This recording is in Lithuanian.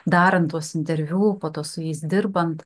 darant tuos interviu po to su jais dirbant